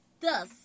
thus